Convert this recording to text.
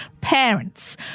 Parents